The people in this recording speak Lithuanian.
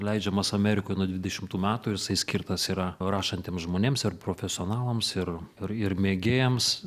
leidžiamas amerikoj nuo dvidešimtų metų ir jisai skirtas yra rašantiems žmonėms ir profesionalams ir ir ir mėgėjams